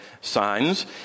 signs